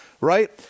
right